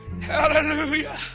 hallelujah